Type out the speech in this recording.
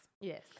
Yes